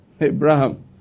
Abraham